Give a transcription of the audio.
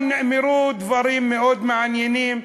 נאמרו שם דברים מאוד מעניינים,